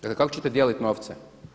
Dakle kako ćete dijelit novce?